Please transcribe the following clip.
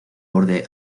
borde